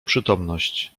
przytomność